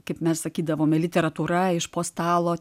kaip mes sakydavome literatūra iš po stalo